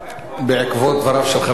בעקבות דבריו של חבר הכנסת פרץ,